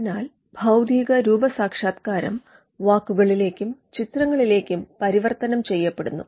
അതിനാൽ ഭൌതികരൂപസാക്ഷാത്കാരം വാക്കുകളിലേക്കും ചിത്രങ്ങളിലേക്കും പരിവർത്തനം ചെയ്യപ്പെടുന്നു